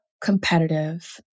competitive